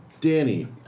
Danny